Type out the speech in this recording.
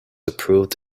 approved